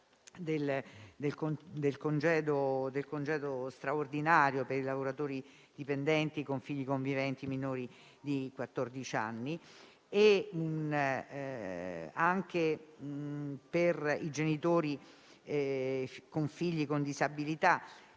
del congedo straordinario per i lavoratori dipendenti con figli conviventi minori di quattordici anni e anche per i genitori di figli con disabilità.